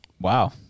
Wow